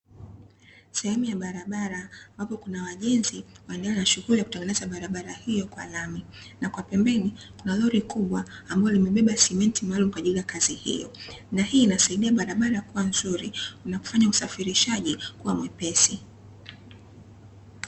Sehemu ya barabara, ambapo kuna wajenzi wanaendelea na shughuli ya kutengeneza barabara hiyo kwa lami, na kwa pembeni kuna lori kubwa ambalo limebeba sementi maalumu kwa ajili ya kazi hiyo, na hii inasaidia barabara kuwa nzuri na kufanya usafirishaji kuwa mwepesi.